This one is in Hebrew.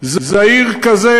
זעיר כזה,